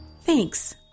Thanks